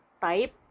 type